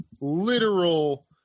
literal